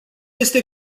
este